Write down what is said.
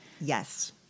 Yes